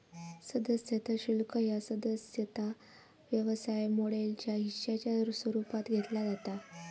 सदस्यता शुल्क ह्या सदस्यता व्यवसाय मॉडेलच्या हिश्शाच्या स्वरूपात घेतला जाता